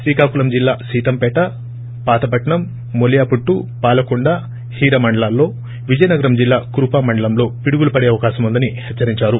శ్రీకాకుళం జిల్లా సీతంపేట పాతపట్నం మెలియాపుట్టు పాలకొండ హిర మండలాల్లో విజయనగరం జిల్లా కురుపాం మండలంలో పిడుగులు పడే అవకాశం ఉందని హెచ్చరించారు